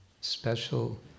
special